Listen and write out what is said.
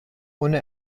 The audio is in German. ohne